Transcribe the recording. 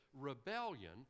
rebellion